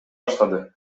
баштады